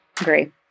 Agree